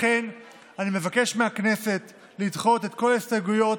לכן אני מבקש מהכנסת לדחות את כל ההסתייגויות